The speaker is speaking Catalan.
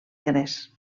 gres